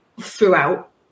throughout